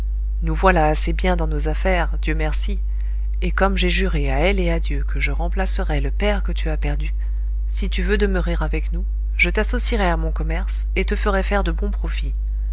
nous voilà assez bien dans nos affaires dieu merci et comme j'ai juré à elle et à dieu que je remplacerais le père que tu as perdu si tu veux demeurer avec nous je t'associerai à mon commerce et te ferai faire de bons profits